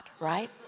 right